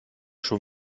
schon